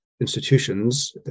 institutions